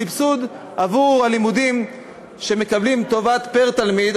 הסבסוד עבור הלימודים שמקבלים פר-תלמיד,